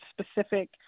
specific